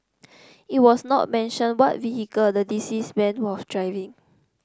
it was not mentioned what vehicle the deceased man was driving